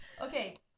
Okay